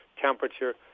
temperature